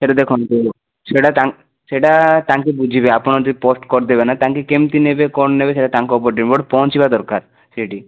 ସେଟା ଦେଖନ୍ତୁ ସେଟା ତାଙ୍କ ସେଟା ତାଙ୍କେ ବୁଝିବେ ଆପଣ ଯଦି ପୋଷ୍ଟ କରିଦେବେ ନା ତାଙ୍କେ କେମିତି ନେବେ କ'ଣ ନେବେ ସେଟା ତାଙ୍କ ଉପରେ ନିର୍ଭର ପହଞ୍ଚିବା ଦରକାର ସେଇଠି